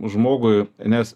žmogui nes